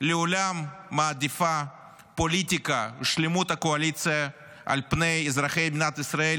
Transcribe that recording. לעולם מעדיפה פוליטיקה ושלמות הקואליציה על פני אזרחי מדינת ישראל,